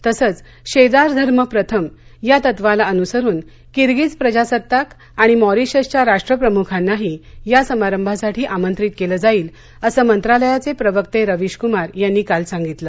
तसंच शेजारधर्म प्रथम या तत्वाला अनुसरून किरगीझ प्रजासत्ताक आणि मॉरीशसच्या राष्ट्र प्रमुखांनाही या समारंभासाठी आमंत्रित केलं जाईल असं मंत्रालयाचे प्रवक्ते रविश कुमार यांनी काल सांगितलं